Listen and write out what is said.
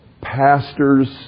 pastors